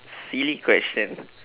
silly question